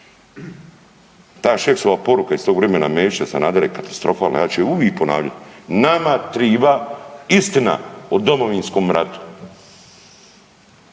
Ta Šeksova poruka iz tog vremena Mesića, Sanadera je katastrofalna. Ja ću je uvik ponavljat. Nama triba istina o Domovinskom ratu.